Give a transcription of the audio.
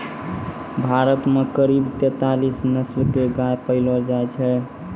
भारत मॅ करीब तेतालीस नस्ल के गाय पैलो जाय छै